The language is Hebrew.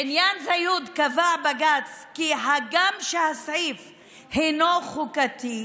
בעניין זיוד קבע בג"ץ כי הגם שהסעיף הוא חוקתי,